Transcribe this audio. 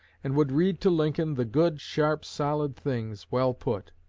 and would read to lincoln the good, sharp, solid things, well put.